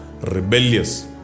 rebellious